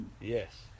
Yes